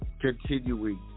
continuing